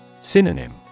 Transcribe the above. Synonym